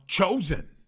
Chosen